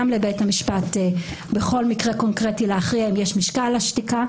לבית המשפט בכל מקרה קונקרטי להכריע אם יש משקל לשתיקה,